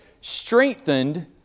strengthened